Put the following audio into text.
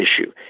issue